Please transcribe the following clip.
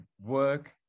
work